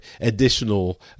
additional